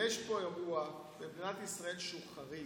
יש פה אירוע במדינת ישראל שהוא חריג.